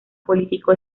político